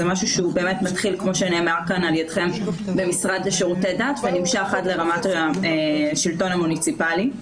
זה משהו שמתחיל במשרד לשירותי דת ונמשך עד לרמת השלטון המוניציפאלי.